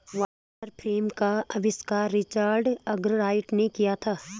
water frame का आविष्कार Richard Arkwright ने किया था